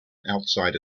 outside